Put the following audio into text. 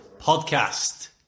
podcast